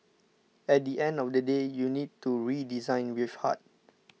at the end of the day you need to redesign with heart